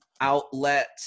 outlet